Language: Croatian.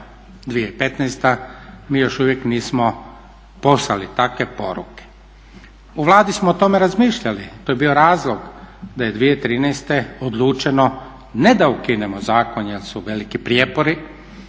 2015. je, mi još uvijek nismo poslali takve poruke. U Vladi smo o tome razmišljali, to je bio razlog da je 2013. odlučeno ne da ukinemo zakon jer su veliki prijepori